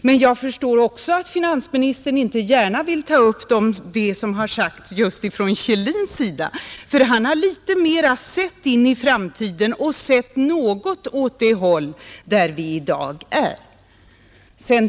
Men jag förstår att finansministern inte gärna vill ta upp det som sagts just från Kjellins sida ty han har mera sett i framtiden och sett något åt det håll där vi i dag befinner oss.